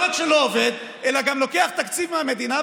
רק שלא עובד אלא גם לוקח תקציב מהמדינה,